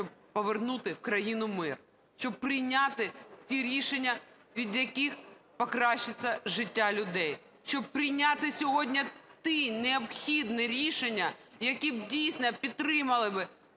щоб повернути в країну мир, щоб прийняти ті рішення, від яких покращиться життя людей, щоб прийняти сьогодні ті необхідні рішення, які б, дійсно, підтримали би